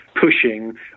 pushing